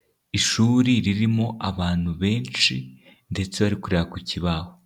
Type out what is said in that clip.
Ishuri ririmo abantu benshi ndetse bari kureba ku kibaho.